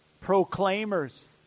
proclaimers